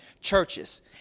churches